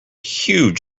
huge